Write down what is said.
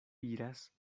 iras